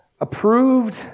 approved